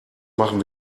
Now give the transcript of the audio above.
machen